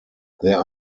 there